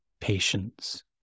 patience